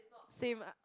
same